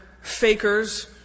fakers